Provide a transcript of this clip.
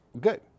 Good